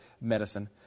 medicine